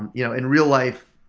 and you know in real life,